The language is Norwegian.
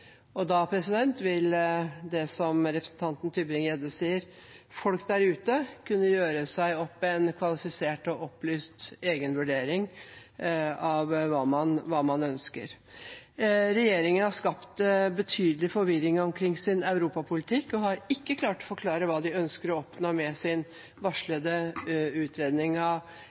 Da vil, som representanten Christian Tybring-Gjedde sa, folk der ute kunne gjøre seg opp sin egen kvalifiserte og opplyste mening om hva man ønsker. Regjeringen har skapt betydelig forvirring om sin europapolitikk og har ikke klart å forklare hva de ønsker å oppnå med sin varslede utredning